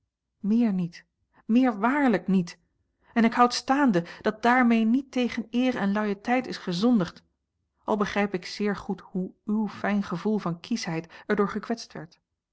meer niet meer waarlijk niet en ik houd staande dat daarmee niet tegen eer en loyauteit is gezondigd al begrijp ik zeer goed hoe uw fijn gevoel van kieschheid er door gekwetst werd